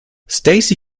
stacy